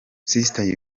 sister